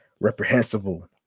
reprehensible